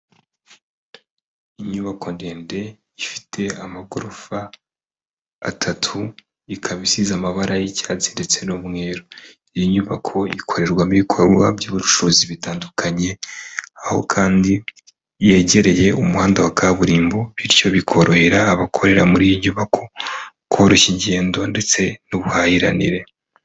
Inyubako ndende ifite amagorofa atatu ikaba isize amabara y'icyatsi ndetse n'umweru, iyi nyubako ikorerwamo ibikorwa by'ubucuruzi bitandukanye; aho kandi yegereye umuhanda wa kaburimbo bityo bikorohera abakorera muri iyi nyubako koroshya ingendo ndetse n'ubuhahiranire.